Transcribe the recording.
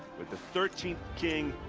but the thirteenth king.